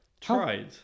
tried